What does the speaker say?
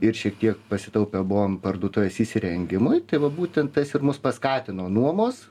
ir šiek tiek pasitaupę buvom parduotuvės įsirengimui tai va būtent tas ir mus paskatino nuomos